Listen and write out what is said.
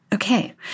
okay